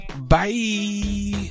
bye